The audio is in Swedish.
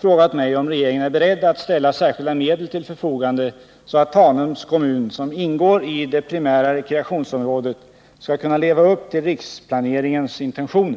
frågat mig om regeringen är beredd att ställa särskilda medel till förfogande, så att Tanums kommun, som ingår i det primära rekreationsområdet, skall kunna leva upp till riksplaneringens intentioner.